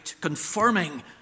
confirming